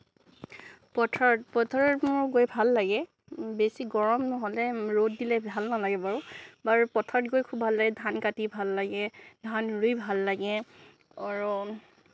পথাৰত পথাৰত মোৰ গৈ ভাল লাগে বেছি গৰম নহ'লে ৰ'দ দিলে ভাল নালাগে বাৰু বাৰু পথাৰত গৈ খুব ভাল লাগে ধান কাটি ভাল লাগে ধান ৰুই ভাল লাগে আৰু